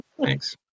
thanks